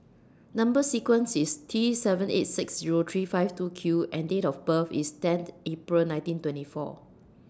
Number sequence IS T seven eight six Zero three five two Q and Date of birth IS tenth April nineteen twenty four